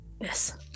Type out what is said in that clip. Yes